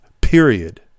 period